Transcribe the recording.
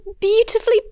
beautifully